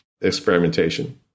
experimentation